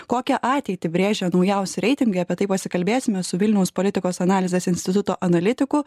kokią ateitį brėžia naujausi reitingai apie tai pasikalbėsime su vilniaus politikos analizės instituto analitiku